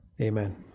Amen